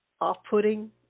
off-putting